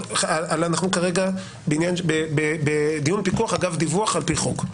אנחנו כרגע בדיון פיקוח אגב דיווח על פי חוק,